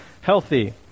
healthy